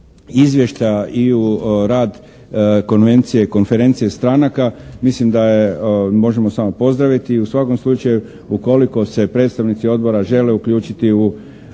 izvješta, i u rad konvencije, konferencije stranaka, mislim da možemo samo pozdraviti i u svakom slučaju ukoliko se predstavnici odbora žele uključiti kasnije